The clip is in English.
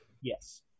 yes